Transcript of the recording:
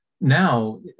Now